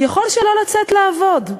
יכול שלא לצאת לעבוד.